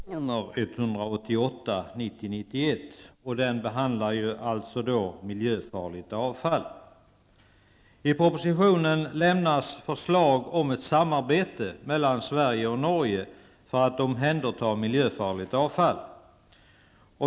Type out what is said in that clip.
Herr talman! I jordbruksutskottets betänkande nr 3 behandlas en proposition som avgavs av den förra regeringen, prop. 1990/91:188. Propositionen behandlar miljöfarligt avfall. I propositionen lämnas förslag om ett samarbete mellan Sverige och Norge för att omhänderta miljöfarligt avfall.